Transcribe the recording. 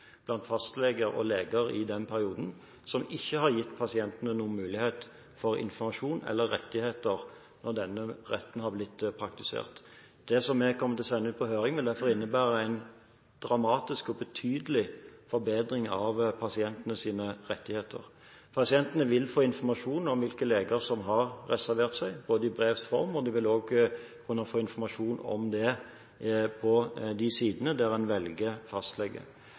blant fastleger og leger i den perioden, som ikke har gitt pasientene noen mulighet for informasjon eller rettigheter når denne retten har blitt praktisert. Det som jeg kommer til å sende ut på høring, vil derfor innebære en dramatisk og betydelig forbedring av pasientenes rettigheter. Pasientene vil få informasjon om hvilke leger som har reservert seg, i brevs form, og de vil også kunne få informasjon om det på de sidene der en velger